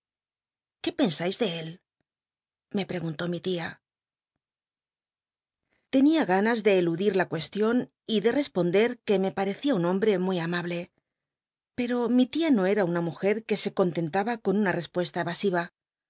qué pensais de él me preguntó mi lía l'cnia ganas de eludí la cueslion y de responder que me parecía un hombc muy amable peo mi lía no ea una mujer que se contentaba con una